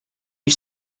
you